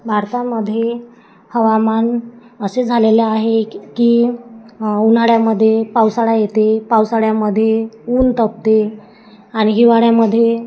भारतामध्ये हवामान असे झालेले आहे क की उन्हाळ्यामध्ये पावसाळा येते पावसाळ्यामध्ये ऊन तापते आणि हिवाळ्यामध्ये